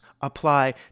apply